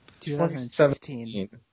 2017